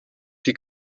die